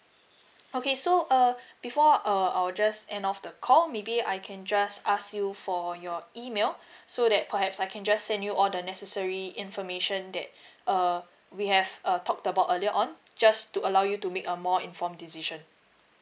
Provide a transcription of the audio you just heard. okay so uh before err I'll just end off the call maybe I can just ask you for your email so that perhaps I can just send you all the necessary information that err we have uh talk about earlier on just to allow you to make a more informed decision